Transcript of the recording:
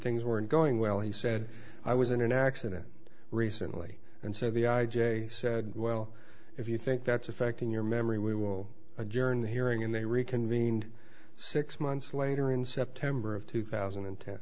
things weren't going well he said i was in an accident recently and so the i j a said well if you think that's affecting your memory we will adjourn the hearing and they reconvened six months later in september of two thousand and ten